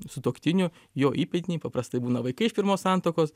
sutuoktinių jo įpėdiniai paprastai būna vaikai iš pirmos santuokos